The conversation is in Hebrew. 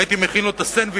והייתי מכין לו את הסנדוויץ'.